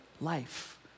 life